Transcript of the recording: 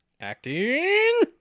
Acting